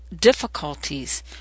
difficulties